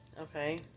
Okay